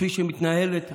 כפי שמתנהלת הממשלה,